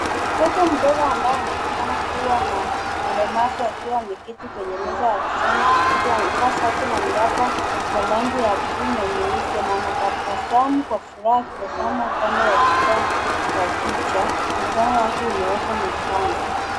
Mtoto mdogo ambaye anaonekana kuwa na ulemavu akiwa ameketi kwenye meza ya kijani kibichi. Amevaa shati la miraba ya rangi ya buluu na nyeupe na anatabasamu kwa furaha akitazama upande wa kulia wa picha. Mikono yake imewekwa mezani.